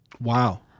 wow